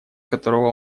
которого